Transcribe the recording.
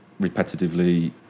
repetitively